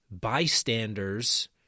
Bystanders